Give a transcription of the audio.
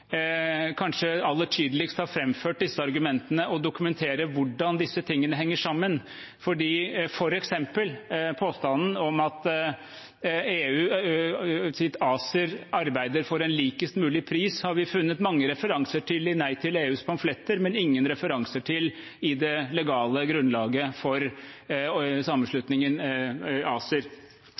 kanskje aller tydeligst har framført disse argumentene, på å dokumentere hvordan disse tingene henger sammen. For eksempel påstanden om at EUs ACER arbeider for en likest mulig pris, har vi funnet mange referanser til i Nei til EUs pamfletter, men ingen referanser til i det legale grunnlaget for sammenslutningen ACER.